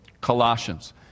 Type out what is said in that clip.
Colossians